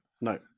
no